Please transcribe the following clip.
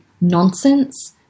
nonsense